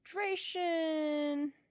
hydration